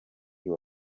uyu